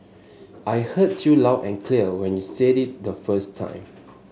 I heard you loud and clear when you said it the first time